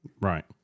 right